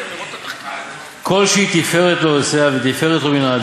נחזור מחר.